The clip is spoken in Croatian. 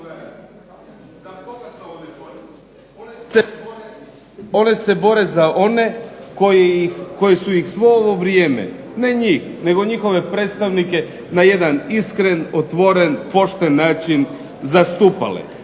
ne razumije se./… one se bore za one koji su ih svo ovo vrijeme, ne njih nego njihove predstavnike na jedan iskren, otvoren, pošten način zastupale.